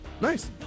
Nice